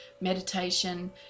meditation